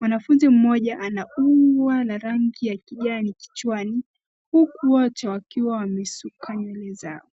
Mwanafunzi mmoja ana ua la rangi ya kijani kichwani huku wote wakiwa wameshuka nywele zao.